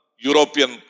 European